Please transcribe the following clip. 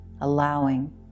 allowing